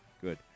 good